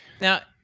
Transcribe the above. Now